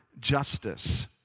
justice